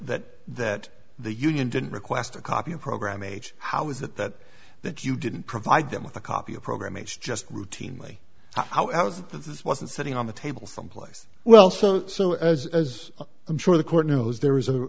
it that the union didn't request a copy of program age how is it that that you didn't provide them with a copy of program h just routinely how it was that this wasn't sitting on the table someplace well so so as as i'm sure the court knows there